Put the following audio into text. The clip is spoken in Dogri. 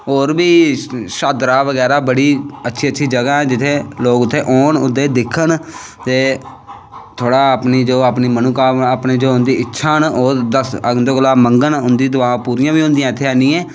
होर बी शाद्दरा बगैरा बड़ी अच्छी अच्छी जगाह् न लोग उत्थें औन दिक्खन थोह्ड़ी उंदी जो इच्छां न ओह् उंदे कोला दा मंगन उंदी दुआं पूरियां बी होंदियां इत्थें